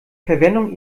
verwendung